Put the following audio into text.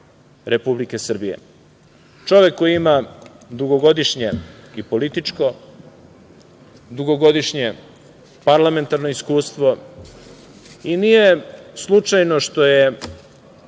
Republike Srbije. Čovek koji ima dugogodišnje političko, dugogodišnje parlamentarno iskustvo i nije slučajno što je,